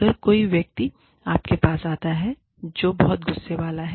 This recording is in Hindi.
अगर कोई व्यक्ति आपके पास आता है जो बहुत गुस्से वाला है